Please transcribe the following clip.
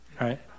right